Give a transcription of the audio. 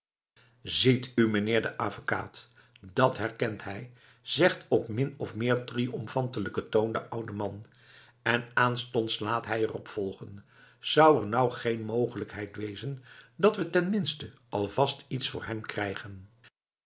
ziet u meneer de avekaat dat herkent hij zegt op min of meer triomfantelijken toon de oude man en aanstonds laat hij er op volgen zou er nou geen mogelijkheid op wezen dat we ten minste alvast iets voor hem kregen